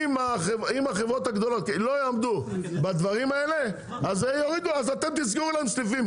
אם החברות הגדולות לא יעמדו בדברים האלה אז אתם תסגרו להם סניפים,